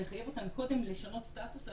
לחייב אותן קודם לשנות סטטוס,